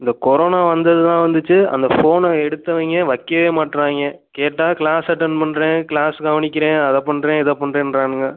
இந்த கொரோனா வந்தது தான் வந்துச்சு அந்த ஃபோனை எடுத்தவங்க வைக்கவே மாட்றாங்க கேட்டால் கிளாஸ் அட்டன் பண்ணுறேன் கிளாஸ் கவனிக்கிறேன் அதை பண்ணுறேன் இதை பண்ணுறேன்றானுங்க